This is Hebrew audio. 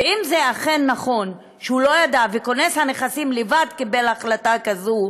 ואם זה אכן נכון שהוא לא ידע וכונס הנכסים לבד קיבל החלטה כזאת,